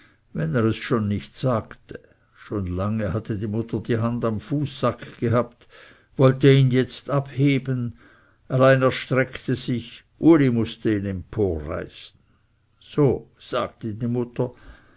wenn er es schon nicht sagte schon lange hatte die mutter die hand am fußsack gehabt wollte ihn jetzt abheben allein er steckte sich uli mußte ihn emporreißen so sagte die mutter